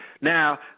Now